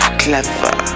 clever